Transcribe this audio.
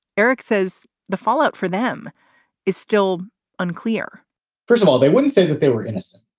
eric says the fallout for them is still unclear first of all, they wouldn't say that they were innocent.